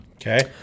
Okay